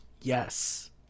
Yes